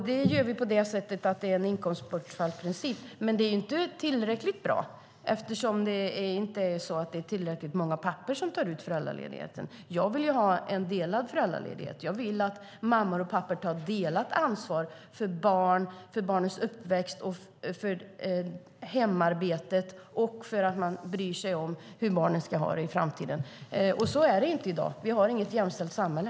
Det gör vi på det sättet att det är en inkomstbortfallsprincip, men det är inte tillräckligt bra eftersom det inte är tillräckligt många pappor som tar ut föräldraledighet. Jag vill ha en delad föräldraledighet. Jag vill att mammor och pappor tar ett delat ansvar för barnens uppväxt, för hemarbetet och för att bry sig om hur barnet ska ha det i framtiden. Så är det inte i dag. Vi har inget jämställt samhälle.